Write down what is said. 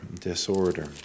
Disorder